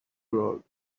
road